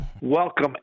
Welcome